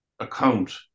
Account